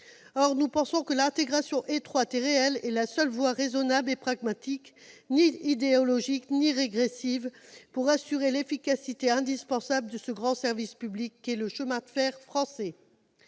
Nous pensons que l'intégration étroite et réelle est la seule voie raisonnable et pragmatique, ni idéologique ni régressive, pour assurer l'efficacité indispensable de ce grand service public qu'est le chemin de fer français.